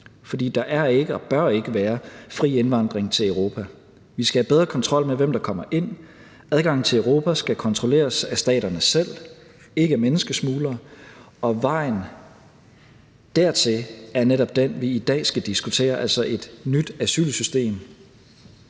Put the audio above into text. og bør ikke være fri indvandring til Europa. Vi skal have bedre kontrol med, hvem der kommer ind. Adgangen til Europa skal kontrolleres af staterne selv, ikke af menneskesmuglere. Og vejen dertil er netop den, at vi i dag skal diskutere, altså et nyt asylsystem.